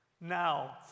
Now